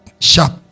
sharp